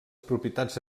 propietats